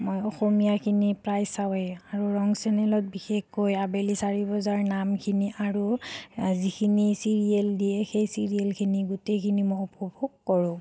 মই অসমীয়াখিনি প্ৰায় চাঁৱেই আৰু ৰং চেনেলত বিশেষকৈ আবেলি চাৰি বজাৰ নামখিনি আৰু যিখিনি ছিৰিয়েল দিয়ে সেই ছিৰিয়েলখিনি গোটেইখিনি মই উপভোগ কৰোঁ